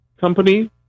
company